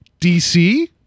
DC